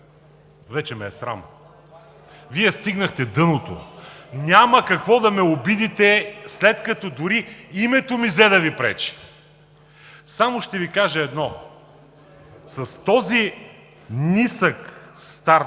вече ме е срам – Вие стигнахте дъното! Няма с какво да ме обидите, след като дори името ми взе да Ви пречи. Само ще Ви кажа едно: с този нисък старт